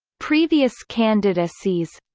previous candidacies